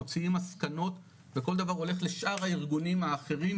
מוצאים מסקנות וכל דבר הולך לשאר הארגונים האחרים,